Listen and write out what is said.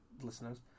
listeners